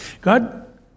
God